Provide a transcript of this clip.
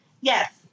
Yes